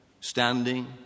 Standing